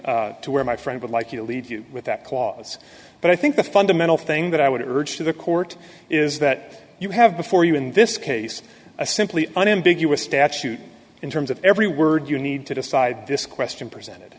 to where my friend would like you to leave you with that clause but i think the fundamental thing that i would urge to the court is that you have before you in this case a simply unambiguous statute in terms of every word you need to decide this question presented